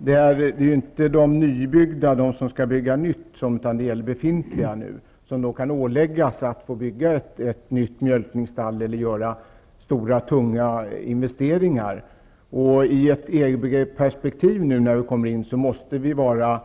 Herr talman! Frågan gäller inte de ladugårdar som skall byggas utan de redan befintliga. Djurägarna kan åläggas att bygga nya mjölkningsstallar eller göra andra stora tunga investeringar. I ett EG perspektiv måste Sverige vara